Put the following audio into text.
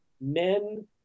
men